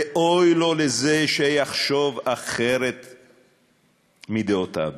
ואוי לו לזה שיחשוב אחרת מדעותיו,